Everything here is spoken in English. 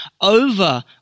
over